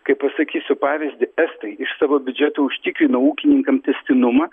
kai pasakysiu pavyzdį estai iš savo biudžetų užtikrina ūkininkam tęstinumą